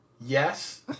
yes